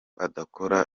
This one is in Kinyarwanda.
adakora